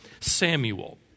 Samuel